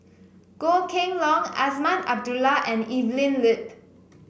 Goh Kheng Long Azman Abdullah and Evelyn Lip